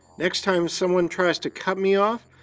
next time someone tries to cut me off,